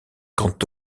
quant